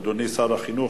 אדוני שר החינוך,